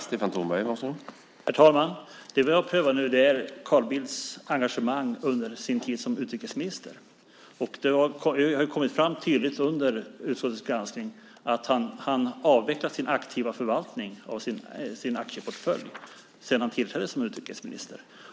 Herr talman! Det vi har prövat nu är Carl Bildts engagemang under hans tid som utrikesminister. Det har ju under utskottets granskning kommit fram tydligt att han har avvecklat den aktiva förvaltningen av sin aktieportfölj sedan han tillträdde som utrikesminister.